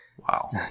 Wow